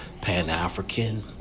Pan-African